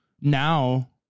now